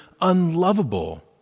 unlovable